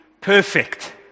Perfect